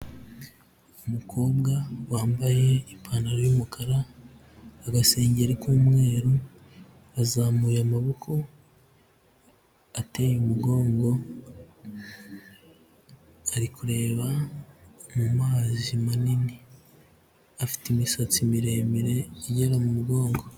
Umukobwa wambaye ipantaro y'umukara, agasengeri k'umweru, azamuye amaboko, ateye umugongo, ari kureba mu mazi manini, afite imisatsi miremire igera mu mugongo.